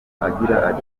agira